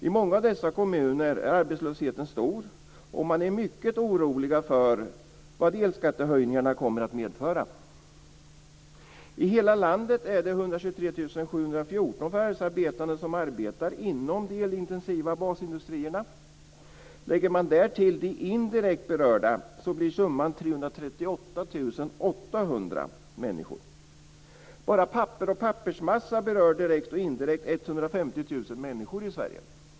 I många av dessa kommuner är arbetslösheten stor, och man är mycket orolig för vad elskattehöjningen kommer att medföra. I hela landet är det 123 714 förvärvsarbetande som arbetar inom de elintensiva basindustrierna. Lägger man därtill de indirekt berörda blir summan 338 800 människor. Bara papper och pappersmassa berör direkt och indirekt 150 000 människor i Sverige.